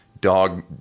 dog